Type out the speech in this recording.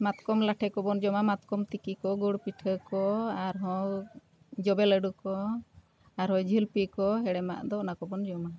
ᱢᱟᱛᱠᱚᱢ ᱞᱟᱴᱷᱮ ᱠᱚᱵᱚᱱ ᱡᱚᱢᱟ ᱢᱟᱛᱠᱚᱢ ᱛᱤᱠᱤ ᱠᱚ ᱜᱩᱲ ᱯᱤᱴᱷᱟᱹ ᱠᱚ ᱟᱨᱦᱚᱸ ᱡᱚᱵᱮ ᱞᱟᱹᱰᱩ ᱠᱚ ᱟᱨᱦᱚᱸ ᱡᱷᱤᱞᱯᱤ ᱠᱚ ᱦᱮᱲᱮᱢᱟᱜ ᱫᱚ ᱚᱱᱟ ᱠᱚᱵᱚᱱ ᱡᱚᱢᱟ